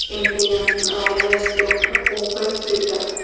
Indian railways యొక్క open Twitter